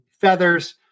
feathers